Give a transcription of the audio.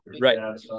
Right